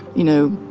you know,